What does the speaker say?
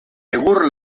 egur